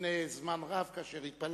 לפני זמן רב, כאשר התפללנו